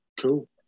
Cool